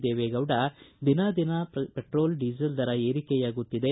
ದೇವೇಗೌಡ ದಿನೇ ದಿನೇ petrol diesel ದರ ಏರಿಕೆಯಾಗುತ್ತಿದೆ